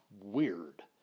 weird